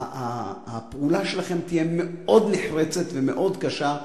שהפעולה שלכם תהיה מאוד נחרצת ומאוד קשה,